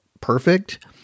perfect